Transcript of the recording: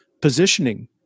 positioning